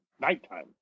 nighttime